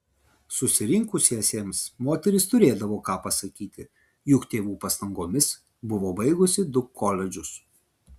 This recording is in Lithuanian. susirinkusiesiems moteris turėdavo ką pasakyti juk tėvų pastangomis buvo baigusi du koledžus